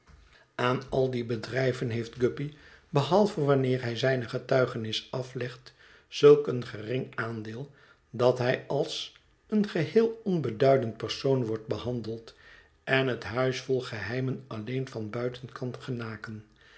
aan al die bedrijven heeft guppy behalve wanneer hij zijne getuigenis aflegt zulk een gering aandeel dat hij als een geheel onbeduidend persoon wordt behandeld en het huis vol geheimen alleen van buiten kan genaken